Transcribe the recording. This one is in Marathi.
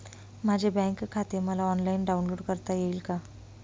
माझे बँक खाते मला ऑनलाईन डाउनलोड करता येईल का?